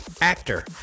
actor